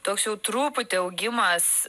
toks jau truputį augimas